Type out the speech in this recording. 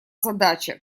задача